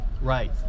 Right